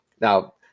Now